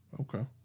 Okay